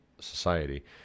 society